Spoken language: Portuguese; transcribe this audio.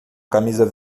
camisa